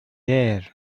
there